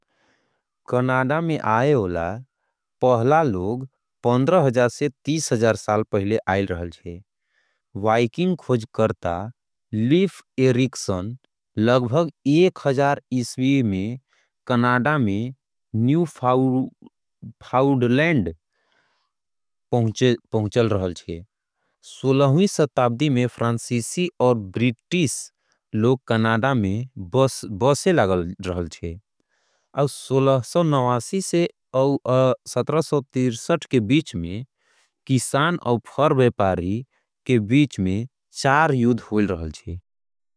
कनाडा में सबसे पहले आए। वाला पहला लोग पंद्रह हजार से । हजार साल पहले आएल रहल छे। वाइकिंग खोजकर्ता लीफ़ एरिक्सन। लगभग एक हजार ईस्वी में कनाडा। के न्यूफ़ाउंडलैंड पहुंचेल रहल छे। सोलहवीं वीं शताब्दी में फ़्रांसीसी और। ब्रिटिश लोग कनाडा में बसे रहल छे। अठारह सौ सड़सठ में ब्रिटिश संसद। में ब्रिटिश उत्तरी अमेरिका। अधिनियम पारित करल गए रहल छे।